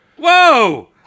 Whoa